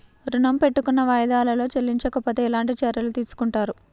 ఋణము పెట్టుకున్న వాయిదాలలో చెల్లించకపోతే ఎలాంటి చర్యలు తీసుకుంటారు?